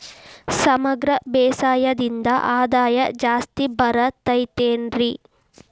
ಸಮಗ್ರ ಬೇಸಾಯದಿಂದ ಆದಾಯ ಜಾಸ್ತಿ ಬರತೈತೇನ್ರಿ?